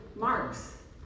marks